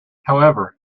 however